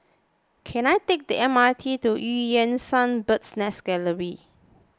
can I take the M R T to Eu Yan Sang Bird's Nest Gallery